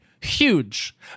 Huge